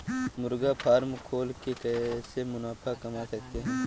मुर्गी फार्म खोल के कैसे मुनाफा कमा सकते हैं?